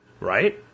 Right